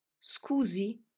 Scusi